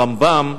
הרמב"ם,